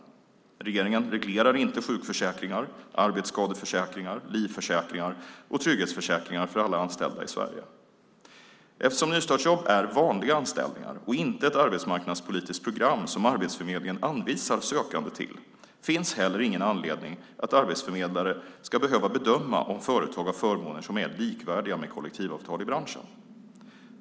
Regeringen reglerar inte sjukförsäkringar, arbetsskadeförsäkringar, livförsäkringar och trygghetsförsäkringar för alla anställda i Sverige. Eftersom nystartsjobb är vanliga anställningar och inte ett arbetsmarknadspolitiskt program som Arbetsförmedlingen anvisar sökande till, finns heller ingen anledning att arbetsförmedlare ska behöva bedöma om företag har förmåner som är likvärdiga med kollektivavtal i branschen.